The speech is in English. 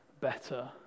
better